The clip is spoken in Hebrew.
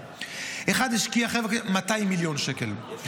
אחד השקיע 200 מיליון שקל,